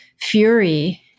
fury